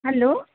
hello